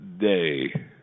day